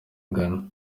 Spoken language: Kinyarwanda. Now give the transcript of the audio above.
ghana